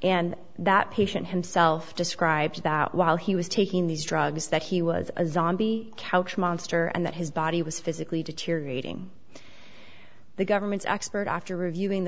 and that patient himself described that while he was taking these drugs that he was a zombie couch monster and that his body was physically deteriorating the government's expert after reviewing the